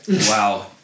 wow